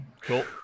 cool